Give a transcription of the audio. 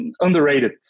underrated